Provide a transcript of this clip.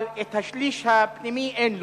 אבל את השליש הפנימי אין לו.